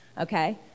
Okay